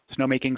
snowmaking